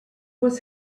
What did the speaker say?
was